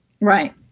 Right